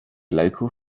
local